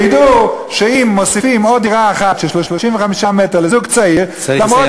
שידעו שאם מוסיפים עוד דירה אחת של 35 מטר לזוג צעיר צריך לסיים,